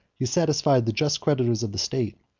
he satisfied the just creditors of the state,